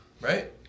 right